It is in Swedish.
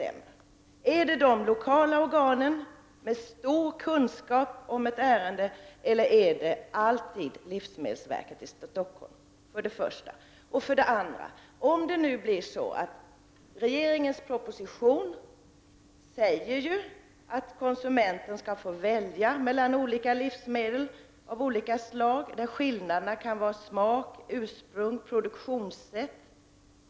Är det de lokala organen, med stor kunskap om ett ärende, eller är det alltid livsmedelsverket i Uppsala? I regeringens proposition sägs det å ena sidan att konsumenterna skall få välja mellan livsmedel av olika slag. Skillnaderna kan vara smak, ursprung eller produktionssätt.